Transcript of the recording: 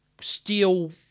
steel